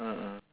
ah ah